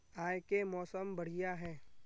आय के मौसम बढ़िया है?